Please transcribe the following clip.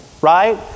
right